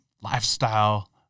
lifestyle